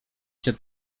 się